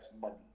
money